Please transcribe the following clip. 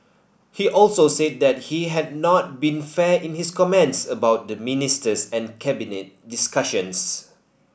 he also said that he had not been fair in his comments about the ministers and Cabinet discussions